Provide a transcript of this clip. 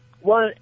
one